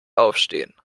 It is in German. aufstehen